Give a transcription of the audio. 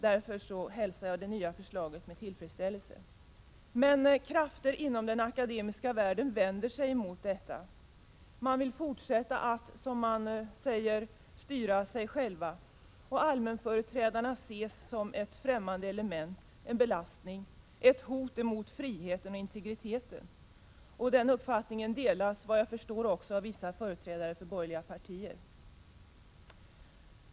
Därför hälsar jag det nya förslaget med tillfredsställelse. Men krafter inom den akademiska världen vänder sig emot detta. De vill fortsätta att, som man säger, styra sig själva. Allmänföreträdarna ses som ett främmande element, en belastning, ett hot mot friheten och integriteten. Den uppfattningen delas, såvitt jag förstår, också av vissa företrädare för borgerliga partier.